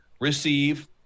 receive